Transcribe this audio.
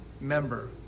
member